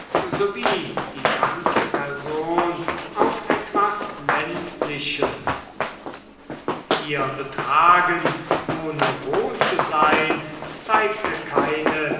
wie die ganze person auf etwas ländliches ihr betragen ohne roh zu sein zeigte keine